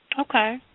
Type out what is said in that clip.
Okay